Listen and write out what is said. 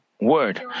word